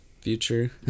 future